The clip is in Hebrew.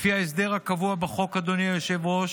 לפי ההסדר הקבוע בחוק, אדוני היושב-ראש,